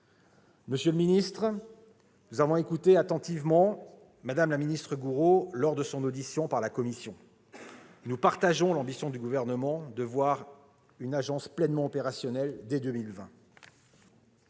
Monsieur le ministre, nous avons écouté Mme Gourault attentivement lors de son audition par la commission. Nous partageons l'ambition du Gouvernement de voir une agence pleinement opérationnelle dès 2020.